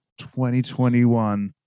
2021